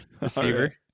Receiver